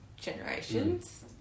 generations